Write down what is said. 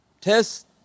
test